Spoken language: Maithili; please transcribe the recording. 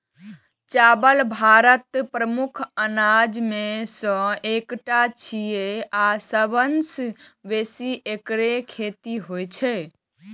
चावल भारत के प्रमुख अनाज मे सं एकटा छियै आ सबसं बेसी एकरे खेती होइ छै